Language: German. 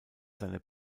seine